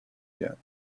yet